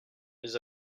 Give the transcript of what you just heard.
les